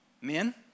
Men